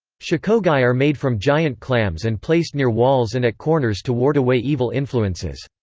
shakogai are made from giant clams and placed near walls and at corners to ward away evil influences.